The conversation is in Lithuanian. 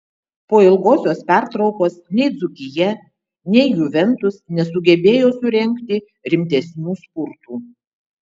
po ilgosios pertraukos nei dzūkija nei juventus nesugebėjo surengti rimtesnių spurtų